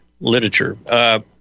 literature